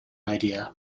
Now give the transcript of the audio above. idea